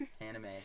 Anime